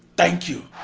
thank you.